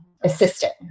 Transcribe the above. assistant